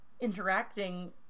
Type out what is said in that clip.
interacting